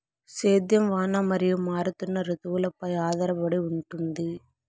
సేద్యం వాన మరియు మారుతున్న రుతువులపై ఆధారపడి ఉంటుంది